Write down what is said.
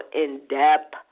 in-depth